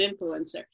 influencer